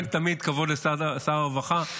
אני נותן תמיד כבוד לשר הרווחה.